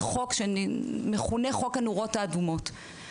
ונולד חוק שמכונה "חוק הנורות האדומות";